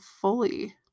fully